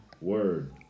Word